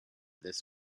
this